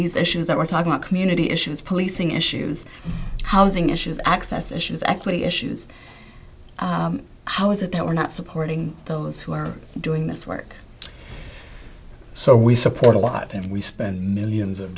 these issues that we're talking about community issues policing issues housing issues access issues equity issues how is it that we're not supporting those who are doing this work so we support a lot and we spend millions of